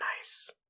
nice